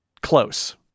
close